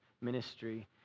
ministry